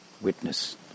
witness